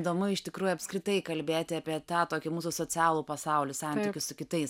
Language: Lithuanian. įdomu iš tikrųjų apskritai kalbėti apie tą tokį mūsų socialų pasaulį sąntykius su kitais